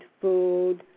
food